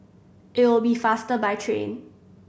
it'll be faster by train